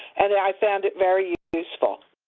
and i found it very useful.